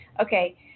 okay